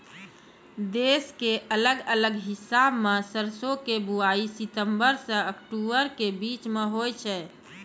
देश के अलग अलग हिस्सा मॅ सरसों के बुआई सितंबर सॅ अक्टूबर के बीच मॅ होय छै